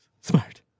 smart